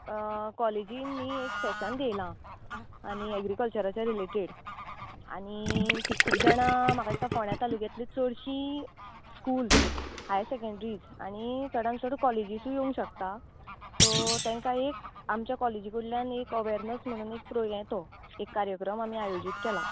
कॉलेजीन न्हय एक सॅशन थेयलां आनी एग्रिकलचराच्या रिलेटेड आनी तीं खूब जाणां म्हाका दिसता फोण्यां तालुक्यातलीं चडशीं स्कूल हाय सॅकँड्रीज आनी चडान चड कॉलेजीसूय येवंग शकता सो तेंकां एक आमच्या कॉलेजी कडल्यान एक अवॅरनस म्हणून एक प्रो हे तो एक कार्यक्रम आमी आयोजीत केला